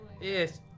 Yes